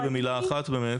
התייחסתי במילה אחת באמת.